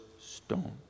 stone